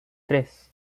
tres